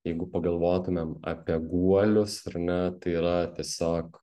jeigu pagalvotumėm apie guolius ar ne tai yra tiesiog